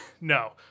no